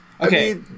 Okay